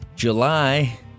July